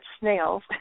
snails